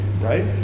right